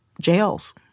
jails